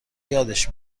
یادش